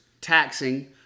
taxing